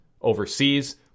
overseas